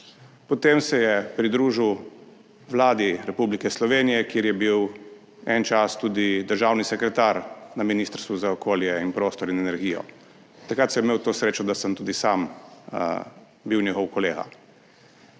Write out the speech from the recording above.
potem se je pridružil Vladi Republike Slovenije, kjer je bil en čas tudi državni sekretar na Ministrstvu za okolje in prostor in energijo. Takrat sem imel to srečo, da sem tudi sam bil njegov kolega.